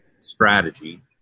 strategy